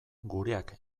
gureak